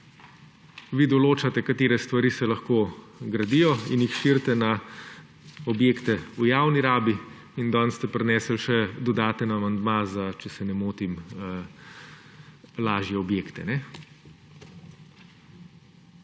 vi določate, katere stvari se lahko gradijo in jih širite na objekte v javni rabi, in danes ste prinesli še dodaten amandma, če se ne motim, za lažje objekte.